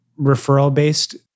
referral-based